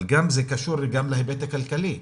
אבל גם זה קשור להיבט הכלכלי.